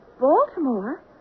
Baltimore